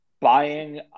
buying